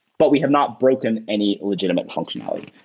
but we have not broken any legitimate functionality.